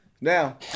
Now